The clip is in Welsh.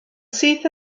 syth